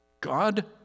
God